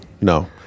no